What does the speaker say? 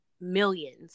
millions